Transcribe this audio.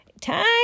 Time